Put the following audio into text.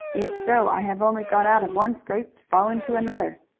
if so i have only got out of one scrape to fall into another.